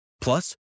Plus